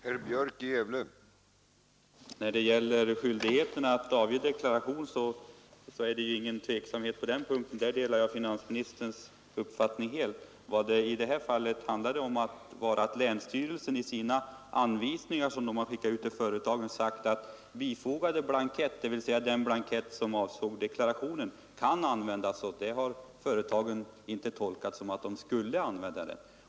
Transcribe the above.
Herr talman! När det gäller skyldigheten att avge deklaration råder det ingen tveksamhet; på den punkten delar jag helt finansministerns uppfattning. Men vad det i det här fallet rörde sig om var att länsstyrelsen i sina anvisningar till företagen har sagt att bifogade blankett, dvs. den som avsåg deklarationen, kan användas. Det har företagen inte tolkat som att de skulle använda den.